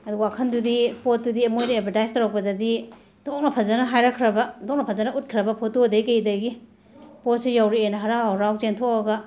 ꯑꯗꯨ ꯋꯥꯈꯟꯗꯨꯗꯤ ꯄꯣꯠꯇꯨꯗꯤ ꯃꯣꯏꯅ ꯑꯦꯕꯔꯗꯥꯏꯁ ꯇꯧꯔꯛꯄꯗꯗꯤ ꯑꯣꯟꯊꯣꯛꯅ ꯐꯖꯅ ꯍꯥꯏꯔꯛꯈ꯭ꯔꯕ ꯎꯟꯊꯣꯛꯅ ꯐꯖꯅ ꯎꯠꯈ꯭ꯔꯕ ꯐꯣꯇꯣꯗꯒꯤ ꯀꯩꯗꯒꯤ ꯄꯣꯠꯁꯦ ꯌꯧꯔꯛꯑꯦꯅ ꯍꯔꯥꯎ ꯍꯔꯥꯎ ꯆꯦꯟꯊꯣꯛꯑꯒ